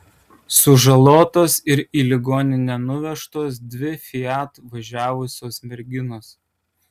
sužalotos ir į ligoninę nuvežtos dvi fiat važiavusios merginos